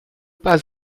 pas